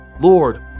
Lord